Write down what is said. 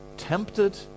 tempted